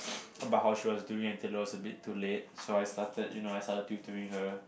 about how she was doing until it was a bit too late so I started you know I started tutoring her